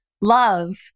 love